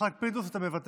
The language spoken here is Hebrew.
יצחק פינדרוס, אתה מוותר?